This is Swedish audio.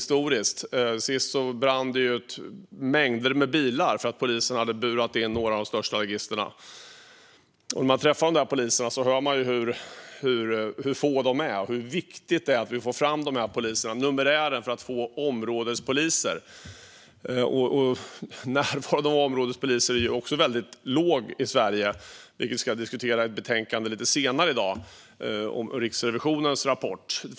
Senast brann ju mängder av bilar för att polisen hade burat in några av de värsta ligisterna. När man träffar poliserna där hör man hur få de är och hur viktigt det är att vi får fram numerären av områdespoliser. Närvaron av områdespoliser är också väldigt låg i Sverige, vilket vi ska diskutera senare i dag när vi ska behandla ett betänkande om Riksrevisionens rapport.